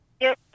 Yes